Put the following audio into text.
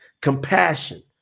compassion